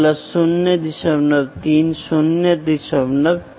इसलिए यह direct measurement है